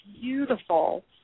beautiful